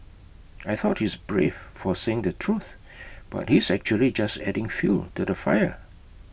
I thought he's brave for saying the truth but he's actually just adding fuel to the fire